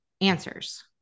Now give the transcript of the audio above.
answers